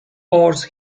oars